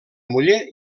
muller